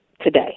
today